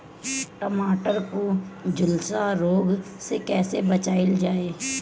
टमाटर को जुलसा रोग से कैसे बचाइल जाइ?